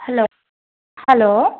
hello hello